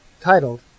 titled